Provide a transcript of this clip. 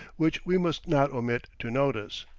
which we must not omit to notice.